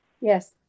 Yes